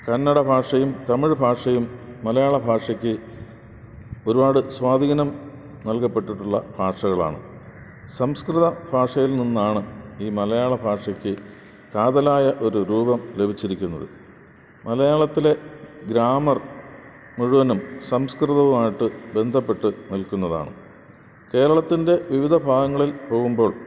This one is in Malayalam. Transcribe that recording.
കന്നഡ ഭാഷയും തമിഴ് ഭാഷയും മലയാള ഭാഷയ്ക്ക് ഒരുപാട് സ്വാധീനം നൽകപ്പെട്ടിട്ടുള്ള ഭാഷകളാണ് സംസ്കൃത ഭാഷയിൽ നിന്നാണ് ഈ മലയാള ഭാഷയ്ക്ക് കാതലായ ഒരു രൂപം ലഭിച്ചിരിക്കുന്നത് മലയാളത്തിലെ ഗ്രാമർ മുഴുവനും സംസ്കൃതവുമായിട്ട് ബന്ധപ്പെട്ട് നിൽക്കുന്നതാണ് കേരളത്തിൻ്റെ വിവിധ ഭാഗങ്ങളിൽ പോകുമ്പോൾ